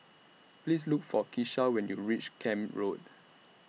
Please Look For Kisha when YOU REACH Camp Road